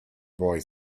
boy